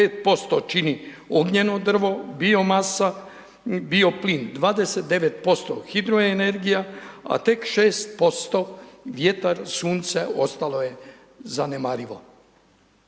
čini ognjeno drvo, biomasa, bioplin, 29% hidroenergija a tek 6% vjetar, sunce, ostalo je zanemarivo.